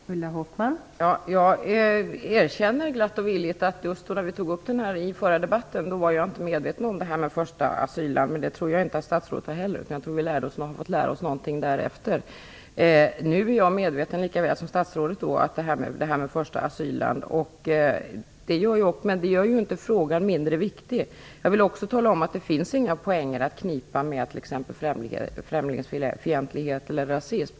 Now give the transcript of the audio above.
Fru talman! Jag erkänner glatt och villigt att när vi tog upp frågan i den förra debatten var jag inte medveten om detta med första asylland, men det tror jag inte heller att statsrådet var. Vi har fått lära oss det därefter. Nu är jag lika väl som statsrådet medveten om det här med första asylland. Men det gör ju inte frågan mindre viktig. Jag vill också säga att det inte finns några poäng att knipa med främlingsfientlighet eller rasism.